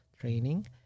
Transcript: Training